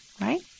Right